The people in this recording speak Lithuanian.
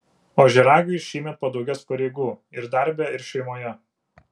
ožiaragiui šįmet padaugės pareigų ir darbe ir šeimoje